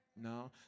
no